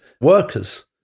workers